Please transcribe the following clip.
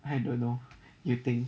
I don't know you think